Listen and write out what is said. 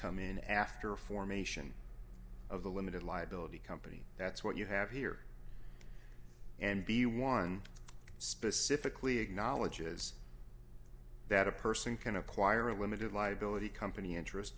come in after a formation of a limited liability company that's what you have here and the one specifically acknowledges that a person can acquire a limited liability company interest